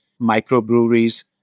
microbreweries